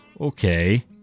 Okay